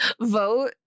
vote